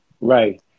Right